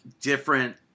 different